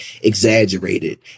exaggerated